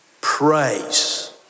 praise